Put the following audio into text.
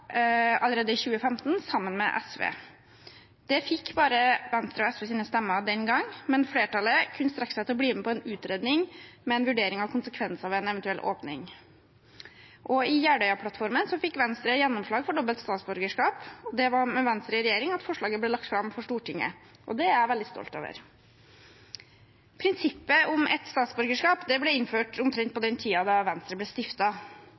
allerede i 2015, sammen med SV. Det fikk bare Venstres og SVs stemmer den gangen, men flertallet kunne strekke seg til å bli med på å be om en utredning med en vurdering av konsekvenser av en eventuell åpning. I Jeløya-plattformen fikk Venstre gjennomslag for dobbelt statsborgerskap, og det var med Venstre i regjering at forslaget ble lagt fram for Stortinget. Det er jeg veldig stolt over. Prinsippet om ett statsborgerskap ble innført omtrent på den tiden da Venstre ble